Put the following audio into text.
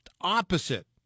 opposite